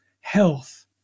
health